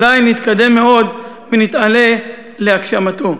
אזי נתקדם מאוד ונתעלה להגשמתו.